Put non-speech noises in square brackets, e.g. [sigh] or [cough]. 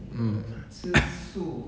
mm [coughs]